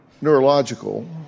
neurological